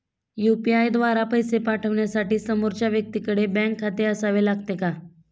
UPI द्वारा पैसे पाठवण्यासाठी समोरच्या व्यक्तीकडे बँक खाते असावे लागते का?